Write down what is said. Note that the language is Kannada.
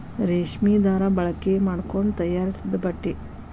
ರೇಶ್ಮಿ ದಾರಾ ಬಳಕೆ ಮಾಡಕೊಂಡ ತಯಾರಿಸಿದ ಬಟ್ಟೆ